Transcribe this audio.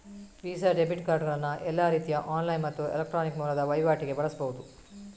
visa debit ಕಾರ್ಡುಗಳನ್ನ ಎಲ್ಲಾ ರೀತಿಯ ಆನ್ಲೈನ್ ಮತ್ತು ಎಲೆಕ್ಟ್ರಾನಿಕ್ ಮೂಲದ ವೈವಾಟಿಗೆ ಬಳಸ್ಬಹುದು